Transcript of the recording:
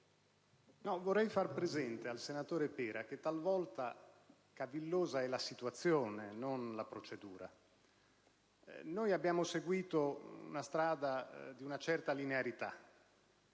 vorrei far presente al senatore Pera che talvolta è cavillosa la situazione e non la procedura. Noi abbiamo seguito una strada di una certa linearità.